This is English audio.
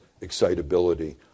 excitability